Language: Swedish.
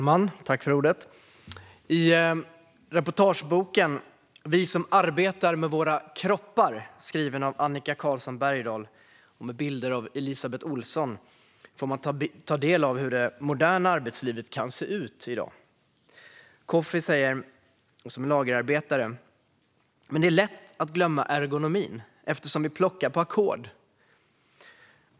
Herr talman! I reportageboken Vi som arbetar med våra kroppar , skriven av Annica Carlsson Bergdahl och med bilder av Elisabeth Ohlson, får man ta del av hur det moderna arbetslivet kan se ut i dag. Kofi, som är lagerarbetare, säger: Det är lätt att glömma ergonomin eftersom vi plockar på ackord.